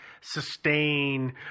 sustain